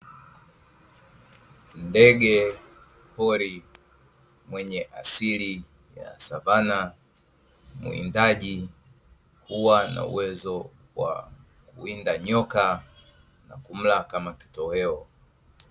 Ndege pori mwenye asili ya savana; mwindaji, huwa na uwezo wa kuwinda nyoka na kumla kama kitoweo.